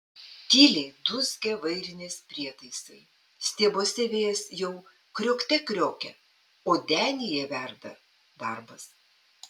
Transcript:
tyliai dūzgia vairinės prietaisai stiebuose vėjas jau kriokte kriokia o denyje verda darbas